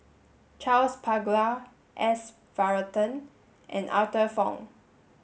Charles Paglar S Varathan and Arthur Fong